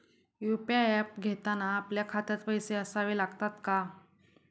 UPI app घेताना आपल्या खात्यात पैसे असावे लागतात का?